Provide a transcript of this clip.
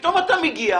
פתאום אתה מגיע,